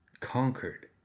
Conquered